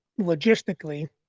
logistically